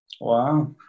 wow